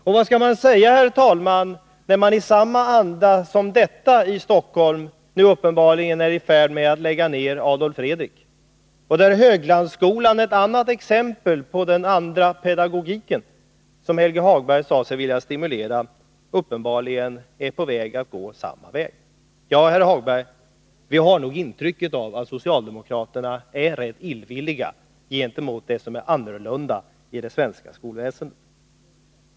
Och vad skall man säga, herr talman, när socialdemokraterna i samma anda i Stockholm nu uppenbarligen är i färd med att lägga ner Adolf Fredriks skola och där Höglandsskolan, som är ett annat exempel på den andra pedagogiken, som Helge Hagberg sade sig vilja stimulera, uppenbarligen håller på att gå samma väg? Ja, herr Hagberg, vi har nog intrycket av att socialdemokraterna är rätt illvilliga gentemot det som är annorlunda i det svenska skolväsendet.